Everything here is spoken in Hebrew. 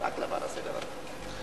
רק למען הסדר הטוב.